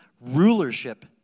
rulership